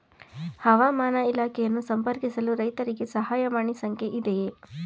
ಹವಾಮಾನ ಇಲಾಖೆಯನ್ನು ಸಂಪರ್ಕಿಸಲು ರೈತರಿಗೆ ಸಹಾಯವಾಣಿ ಸಂಖ್ಯೆ ಇದೆಯೇ?